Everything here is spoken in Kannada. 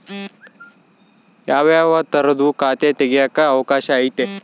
ಯಾವ್ಯಾವ ತರದುವು ಖಾತೆ ತೆಗೆಕ ಅವಕಾಶ ಐತೆ?